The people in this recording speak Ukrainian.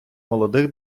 молодих